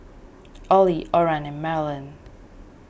Oley Oran and Marilynn